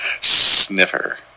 Sniffer